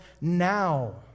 now